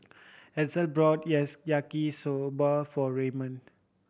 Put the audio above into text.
Edsel bought yes Yaki Soba for Raymond